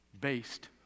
based